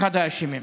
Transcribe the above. אחד האשמים.